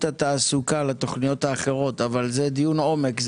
התעסוקה לתוכניות האחרות אבל זה דיון עומק.